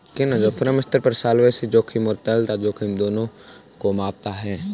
firm स्तर पर solvency जोखिम और तरलता जोखिम दोनों को मापता है